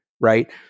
right